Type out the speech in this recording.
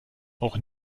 auch